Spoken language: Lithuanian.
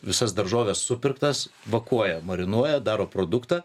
visas daržoves supirktas vakuoja marinuoja daro produktą